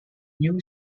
new